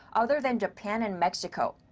other than japan and mexico.